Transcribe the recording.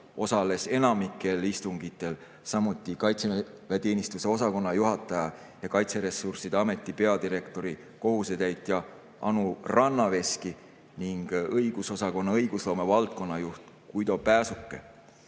osales enamikel istungitel, samuti kaitseväeteenistuse osakonna juhataja ja Kaitseressursside Ameti peadirektori kohusetäitja Anu Rannaveski ning õigusosakonna õigusloome valdkonna juht Guido Pääsuke.10.